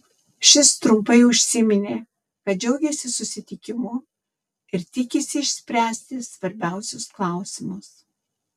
šis trumpai užsiminė kad džiaugiasi susitikimu ir tikisi išspręsti svarbiausius klausimus